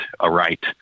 aright